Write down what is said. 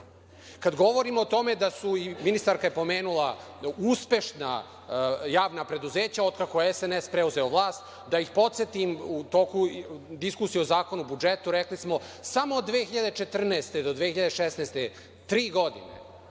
govorimo o tome da su, ministarka je pomenula, da uspešna javna preduzeća od kako je SNS preuzeo vlast, da ih podsetim u toku diskusije o Zakonu o budžetu rekli smo samo 2014. do 2016, tri godine